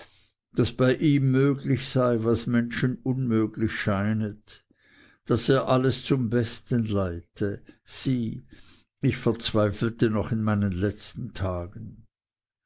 daß bei ihm möglich sei was menschen unmöglich scheinet daß er alles zum besten leite sieh ich verzweifelte noch in meinen letzten tagen